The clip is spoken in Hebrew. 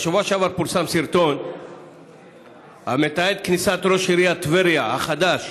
בשבוע שעבר פורסם סרטון המתעד את כניסת ראש עיריית טבריה החדש